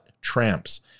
tramps